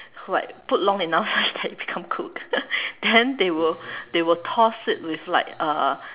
like put long enough that it become cooked then they will they will toss it with like uh